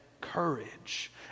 courage